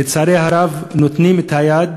לצערי הרב נותנים יד